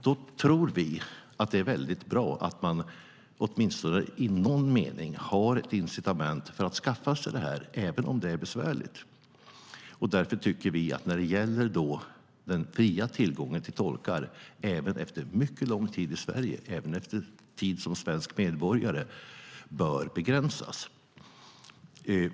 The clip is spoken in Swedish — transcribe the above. Då tror vi att det är bra att man åtminstone i någon mening har ett incitament för att skaffa sig kunskaper i språket, även om det är besvärligt. Därför tycker vi att när det gäller den fria tillgången till tolkar även efter mycket lång tid i Sverige och även efter tid som svensk medborgare bör begränsas.